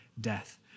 death